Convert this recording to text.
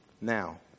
Now